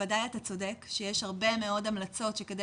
בוודאי אתה צודק שיש הרבה מאוד המלצות שכדי